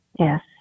Yes